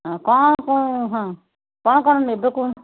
ହଁ କ'ଣ କ'ଣ ହଁ କ'ଣ କ'ଣ ନେବେ କୁହନ୍ତୁ